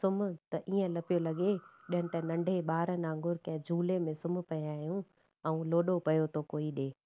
सुम्हि त ईअं पियो लॻे ॼण त नंढे ॿारनि वांगुर कंहिं झूले में सुम्ही पिया आहियूं ऐं लोॾो पियो थो कोई ॾिए